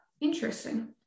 Interesting